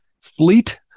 fleet